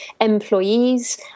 employees